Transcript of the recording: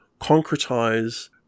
concretize